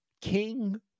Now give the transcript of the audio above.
King